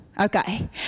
Okay